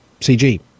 CG